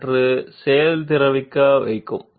surface కొద్దిగా ఎత్తుగా ఉంటుంది